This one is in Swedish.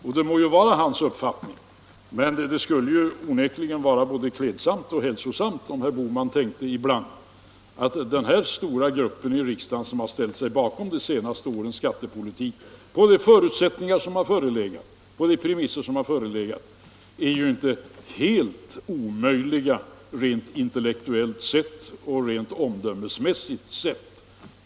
Detta må vara herr Bohmans uppfattning, men det skulle onekligen vara både klädsamt och hälsosamt om herr Bohman ibland tänkte att de som ingår i den stora grupp inom riksdagen som ställt sig bakom de senaste årens skattepolitik, på de premisser som har förelegat, är ju inte helt omöjliga rent intellektuellt och omdömesmässigt sett.